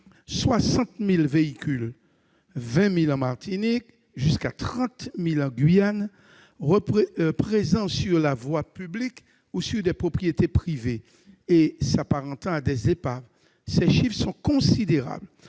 60 000 véhicules- 20 000 en Martinique ; jusqu'à 30 000 en Guyane -présents sur la voie publique ou sur des propriétés privées et s'apparentant à des épaves. Ces chiffres sont considérables.